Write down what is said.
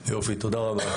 יופי, תודה רבה.